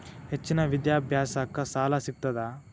ಹೆಚ್ಚಿನ ವಿದ್ಯಾಭ್ಯಾಸಕ್ಕ ಸಾಲಾ ಸಿಗ್ತದಾ?